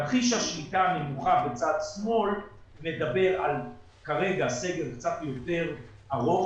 תרחיש השליטה הנמוכה בצד שמאל מדבר על כרגע סגר קצת יותר ארוך,